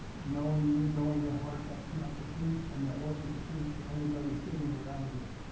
knowing you, knowing your heart that's not the case and that wasn't the case for anybody sitting around here,